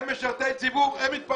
הם משרתי ציבור, הם מתפרנסים.